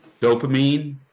Dopamine